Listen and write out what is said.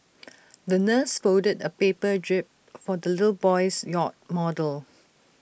the nurse folded A paper jib for the little boy's yacht model